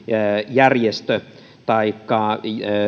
järjestö taikka